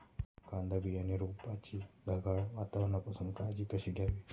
कांदा बियाणे रोपाची ढगाळ वातावरणापासून काळजी कशी घ्यावी?